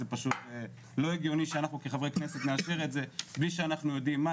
זה פשוט לא הגיוני שאנחנו כחברי כנסת נאשר את זה בלי שאנחנו יודעים מה.